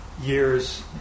years